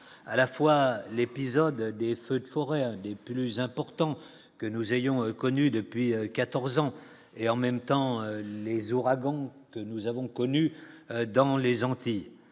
à la fois l'épisode des feux de forêt est plus important que nous ayons connue depuis 14 ans, et en même temps, les ouragans que nous avons connu dans les Antilles,